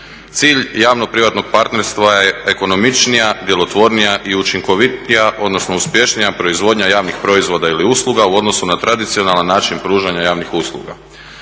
Cilj javno-privatnog partnerstva je ekonomičnija, djelotvornija i učinkovitija, odnosno uspješnija proizvodnja javnih proizvoda ili usluga u odnosu na tradicionalan način pružanja javnih usluga.